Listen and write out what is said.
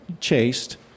chased